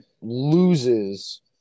loses